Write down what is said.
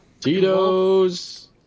Tito's